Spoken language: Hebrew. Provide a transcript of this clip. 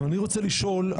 אני רוצה לשאול,